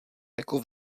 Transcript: jako